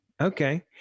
Okay